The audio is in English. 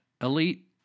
Elite